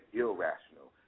irrational